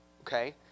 Okay